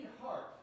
heart